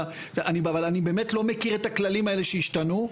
אבל אני באמת לא מכיר את הכללים האלה שהשתנו.